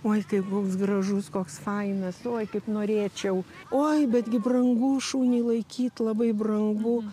oi kaip koks gražus koks fainas oi kaip norėčiau oi bet gi brang šunį laikyt labai brangu